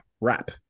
wrap